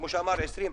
כפי שנאמר: 20 מיליון,